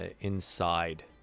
inside